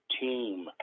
team